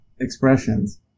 expressions